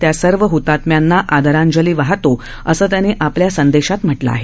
त्या सर्व हतात्म्यांना आदरांजली वाहतो असं त्यांनी आपल्या संदेशात म्हटलं आहे